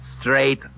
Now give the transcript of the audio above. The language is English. Straight